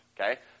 Okay